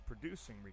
producing